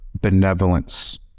benevolence